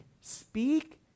Speak